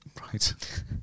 Right